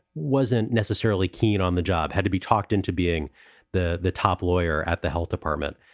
wasn't necessarily keen on the job, had to be talked into being the the top lawyer at the health department,